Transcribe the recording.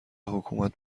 حکومت